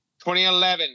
2011